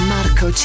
Marco